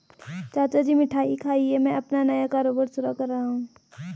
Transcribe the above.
चाचा जी मिठाई खाइए मैं अपना नया कारोबार शुरू कर रहा हूं